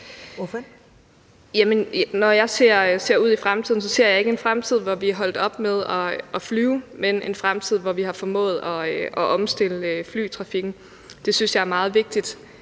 Når jeg ser ud i fremtiden, ser jeg ikke en fremtid, hvor vi er holdt op med at flyve, men en fremtid, hvor vi har formået at omstille flytrafikken. Det synes jeg er meget vigtigt.